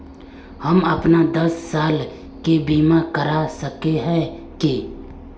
हम अपन दस साल के बीमा करा सके है की?